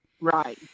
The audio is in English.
Right